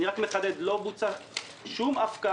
אני רק מחדד: עדיין לא בוצעה שום הפקעה.